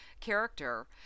Character